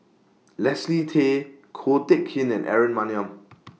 Leslie Tay Ko Teck Kin and Aaron Maniam